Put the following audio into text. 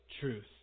truth